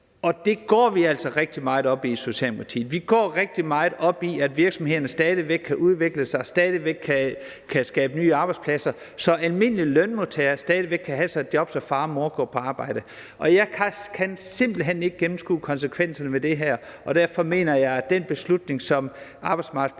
Og det går vi altså rigtig meget op i Socialdemokratiet. Vi går rigtig meget op i, at virksomhederne stadig væk kan udvikle sig og skabe nye arbejdspladser, sådan at almindelige lønmodtagere stadig væk kan have et job, så far og mor kan gå på arbejde. Jeg kan simpelt hen ikke gennemskue konsekvenserne af det her, og derfor støtter jeg op om den beslutning, som arbejdsmarkedets parter